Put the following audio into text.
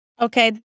Okay